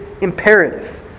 imperative